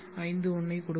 51 ஐ கொடுக்கும்